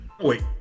wait